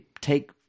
take